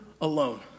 alone